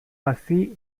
hazi